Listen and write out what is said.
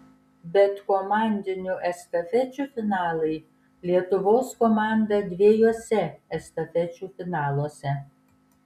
bet komandinių estafečių finalai lietuvos komanda dviejuose estafečių finaluose